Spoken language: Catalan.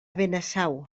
benasau